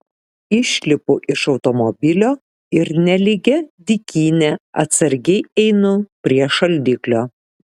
išlipu iš automobilio ir nelygia dykyne atsargiai einu prie šaldiklio